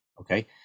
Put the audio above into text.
okay